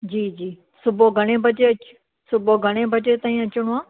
जी जी सुबुह घणे बजे अची सुबुह घणे बजे ताईं अचिणो आहे